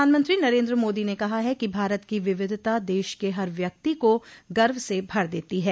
प्रधानमंत्री नरेन्द्र मोदी ने कहा है कि भारत की विविधता देश के हर व्यक्ति को गर्व से भर देती है